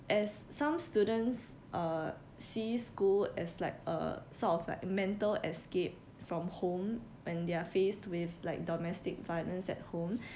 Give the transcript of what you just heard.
as some students uh see school as like a sort of like mental escape from home when they're faced with like domestic violence at home